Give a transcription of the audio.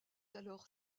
alors